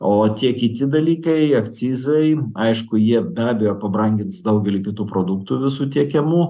o tie kiti dalykai akcizai aišku jie be abejo pabrangins daugelį kitų produktų visų tiekiamų